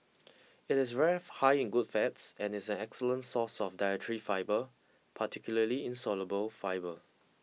it is very high in good fats and is an excellent source of dietary fibre particularly insoluble fibre